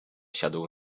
siadł